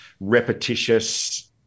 repetitious